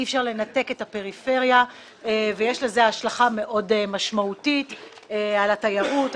אי אפשר לנתק את הפריפריה ויש לזה השלכה מאוד משמעותית על התיירות,